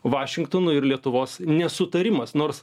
vašingtonui ir lietuvos nesutarimas nors